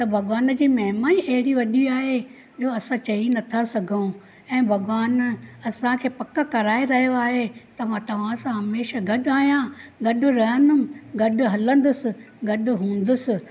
त भॻवान जी महिमा ई एॾी वॾी आहे जो असां चई नथा सघूं ऐं भॻवानु असांखे पक कराए रहियो आहे त मां तव्हां सां हमेशह गॾु आहियां गॾु रहंदमि गॾु हलंदसि गॾु हूंदसि